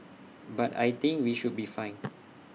but I think we should be fine